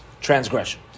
transgression